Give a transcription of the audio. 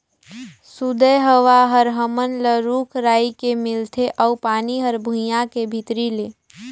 सुदय हवा हर हमन ल रूख राई के मिलथे अउ पानी हर भुइयां के भीतरी ले